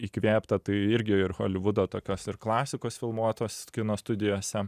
įkvėpta tai irgi ir holivudo tokios ir klasikos filmuotos kino studijose